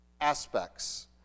aspects